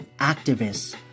activists